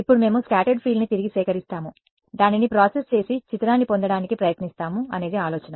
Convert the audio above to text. ఇప్పుడు మేము స్కాటర్డ్ ఫీల్డ్ని తిరిగి సేకరిస్తాము దానిని ప్రాసెస్ చేసి చిత్రాన్ని పొందడానికి ప్రయత్నిస్తాము అనేది ఆలోచన